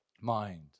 mind